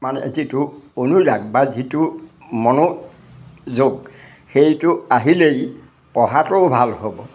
মানে যিটো অনুৰাগ বা যিটো মনোযোগ সেইটো আহিলেই পঢ়াটোও ভাল হ'ব